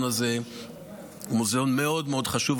הזה הוא מוזיאון מאוד מאוד חשוב.